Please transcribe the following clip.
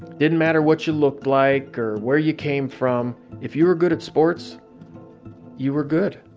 didn't matter what you looked like or where you came from if you were good at sports you were good